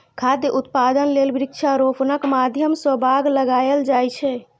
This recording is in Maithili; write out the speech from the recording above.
खाद्य उत्पादन लेल वृक्षारोपणक माध्यम सं बाग लगाएल जाए छै